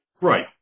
Right